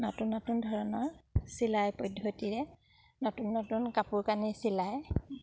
নতুন নতুন ধৰণৰ চিলাই পদ্ধতিৰে নতুন নতুন কাপোৰ কানি চিলাই